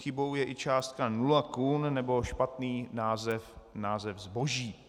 Chybou je i částka nula kun nebo špatný název zboží.